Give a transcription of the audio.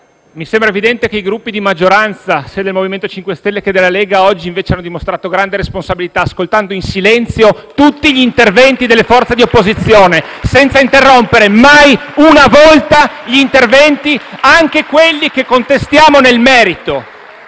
mi sembra evidente che i Gruppi di maggioranza, sia il MoVimento 5 Stelle che la Lega, oggi hanno dimostrato grande responsabilità ascoltando in silenzio tutti interventi delle forze di opposizione, senza interrompere mai una volta, compresi gli interventi che contestiamo nel merito.